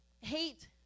hate